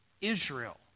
Israel